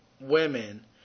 women